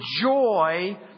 joy